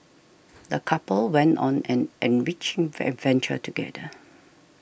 the couple went on an enriching adventure together